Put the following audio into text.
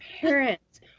parents